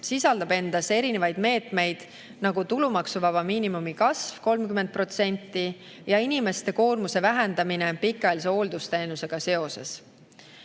sisaldab endas erinevaid meetmeid, nagu tulumaksuvaba miinimumi kasv 30% ja inimeste koormuse vähendamine pikaajalise hooldusteenusega seoses. Ma